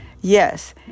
Yes